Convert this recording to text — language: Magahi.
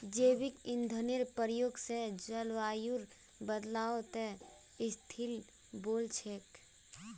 जैविक ईंधनेर प्रयोग स जलवायुर बदलावत स्थिल वोल छेक